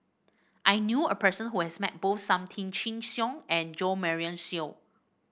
I knew a person who has met both Sam Tan Chin Siong and Jo Marion Seow